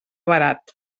barat